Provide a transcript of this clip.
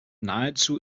nahezu